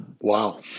Wow